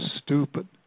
stupid